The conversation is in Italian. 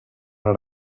una